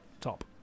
top